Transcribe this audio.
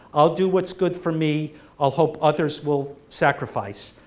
i'll do what's good for me i'll hope others will sacrifice,